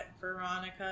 Veronica